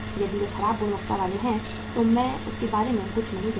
यदि वे खराब गुणवत्ता वाले हैं तो मैं उसके बारे में कुछ नहीं कहता